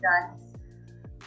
done